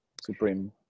Supreme